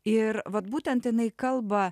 ir vat būtent jinai kalba